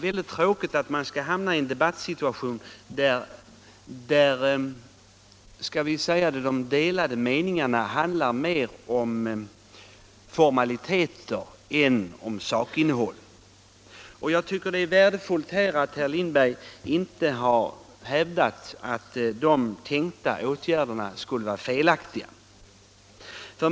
Det är tråkigt att man skall hamna i en debattsituation där de delade meningarna handlar mer om formaliteter än om sakinnehåll. Jag tycker att det är värdefullt att herr Lindberg inte har hävdat att de tänkta åtgärderna skulle vara felaktiga.